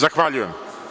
Zahvaljujem.